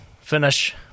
finish